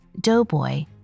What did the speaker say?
Doughboy